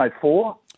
four